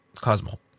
Cosmo